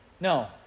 No